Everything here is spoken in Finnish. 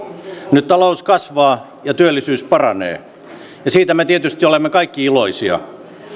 nyt talous kasvaa ja työllisyys paranee ja siitä me tietysti olemme kaikki iloisia